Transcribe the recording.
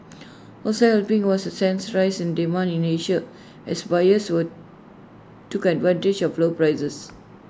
also helping was A sense rise in demand in Asia as buyers were took advantage of low prices